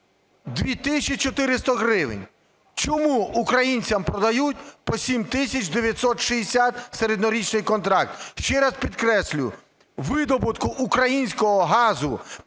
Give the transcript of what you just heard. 400 гривень. Чому українцям продають по 7тисяч 960, середньорічний контракт? Ще раз підкреслюю, видобутку українського газу